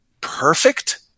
perfect